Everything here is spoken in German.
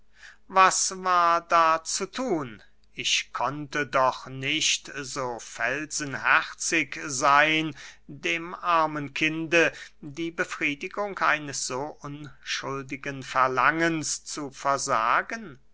was war da zu thun ich konnte doch nicht so felsenherzig seyn dem armen kinde die befriedigung eines so unschuldigen verlangens zu versagen